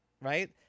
Right